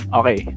okay